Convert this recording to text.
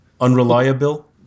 Unreliable